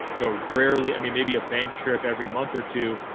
you know, rarely. i mean, maybe a bank trip every month or two.